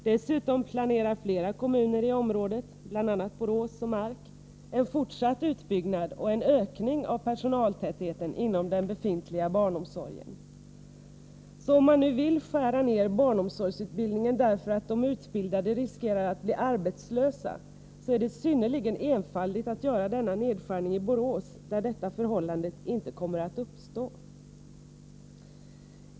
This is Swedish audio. Dessutom planerar flera kommuner i området, bl.a. Borås och Mark, en fortsatt utbyggnad och en ökning av personaltätheten inom den befintliga barnomsorgen. Om man nu vill skära ned barnomsorgsutbildningen därför att de utbildade riskerar att bli arbetslösa, är det alltså synnerligen enfaldigt att göra denna nedskärning i Borås, där detta förhållande inte kommer att uppstå.